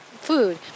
food